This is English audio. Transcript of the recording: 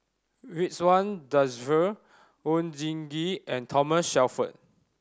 Ridzwan Dzafir Oon Jin Gee and Thomas Shelford